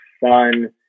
fun